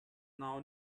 now